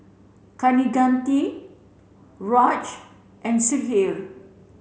Kaneganti Raj and Sudhir